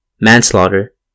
manslaughter